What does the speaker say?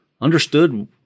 understood